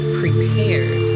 prepared